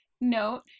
note